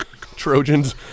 Trojans